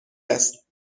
است